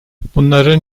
bunların